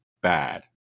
bad